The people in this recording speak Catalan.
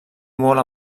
molt